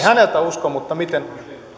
häneltä uskon mutta miten